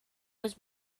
was